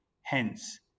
Hence